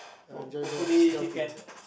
hope hopefully he can